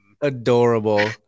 adorable